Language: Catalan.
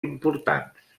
importants